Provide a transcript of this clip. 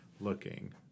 looking